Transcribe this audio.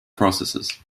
processes